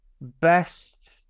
best